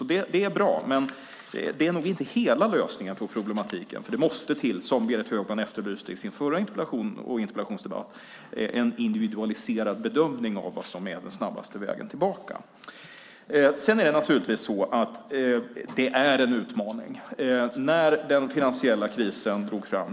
Det är bra, men det är nog inte hela lösningen på problematiken, för det måste till, som Berit Högman efterlyste i sin förra interpellation och i interpellationsdebatten, en individualiserad bedömning av vad som är den snabbaste vägen tillbaka. Sedan är det naturligtvis så att det här är en utmaning.